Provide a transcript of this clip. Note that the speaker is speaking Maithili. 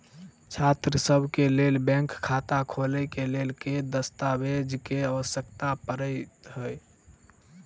छात्रसभ केँ लेल बैंक खाता खोले केँ लेल केँ दस्तावेज केँ आवश्यकता पड़े हय?